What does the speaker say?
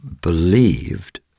believed